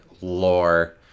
lore